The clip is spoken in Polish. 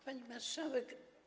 Pani Marszałek!